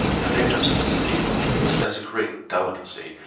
the natives esteem the fruit as a great delicacy,